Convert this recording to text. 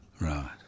Right